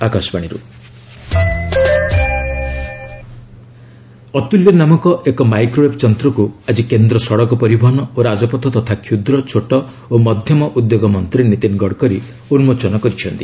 Atulya microwave 'Atulya' ନାମକ ଏକ ମାଇର୍କୋଓ୍ସେବ୍ ଯନ୍ତ୍ରକୁ ଆଜି କେନ୍ଦ୍ର ସଡ଼କ ପରିବହନ ଓ ରାଜପଥ ତଥା କ୍ଷୁଦ୍ର ଛୋଟ ଓ ମଧ୍ୟମ ଉଦ୍ୟୋଗ ମନ୍ତ୍ରୀ ନୀତିନ ଗଡ଼କରୀ ଉନ୍କୋଚନ କରିଛନ୍ତି